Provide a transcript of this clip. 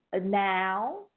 now